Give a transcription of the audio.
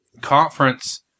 Conference